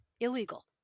Illegal